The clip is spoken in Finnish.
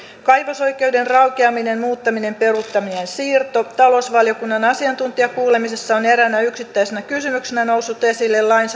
kaivosoikeuden raukeaminen muuttaminen peruuttaminen ja siirto talousvaliokunnan asiantuntijakuulemisessa on eräänä yksittäisenä kysymyksenä noussut esille lain